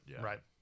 right